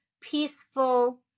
peaceful